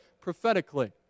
prophetically